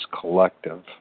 collective